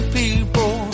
people